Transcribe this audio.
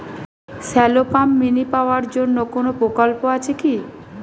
Shallow pump mini পাওয়ার জন্য কোনো প্রকল্প আছে কি?